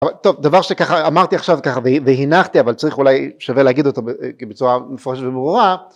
טוב דבר שככה אמרתי עכשיו ככה והנחתי אבל צריך אולי שווה להגיד אותו בצורה מפורשת וברורה